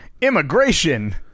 immigration